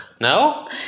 no